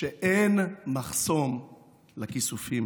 שאין מחסום לכיסופים.